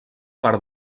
part